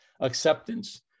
acceptance